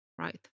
right